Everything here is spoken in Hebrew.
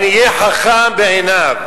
"פן יהיה חכם בעיניו".